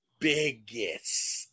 biggest